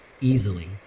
easily